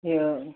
یہِ